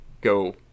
go